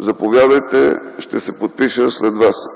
заповядайте, ще се подпиша след Вас.